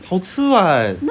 好吃 [what]